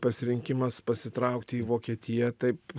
pasirinkimas pasitraukti į vokietiją taip